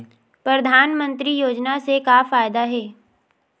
परधानमंतरी योजना से का फ़ायदा हे?